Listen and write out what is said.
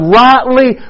rightly